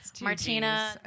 Martina